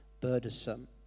burdensome